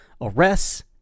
arrests